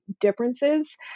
differences